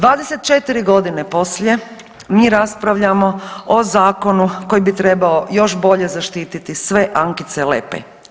24 godine poslije mi raspravljamo o zakonu koji bi trebao još bolje zaštititi sve Ankcie Lepej.